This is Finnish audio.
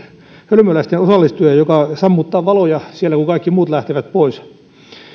hölmöläisten osallistuja joka sammuttaa valon siellä kun kaikki muut lähtevät pois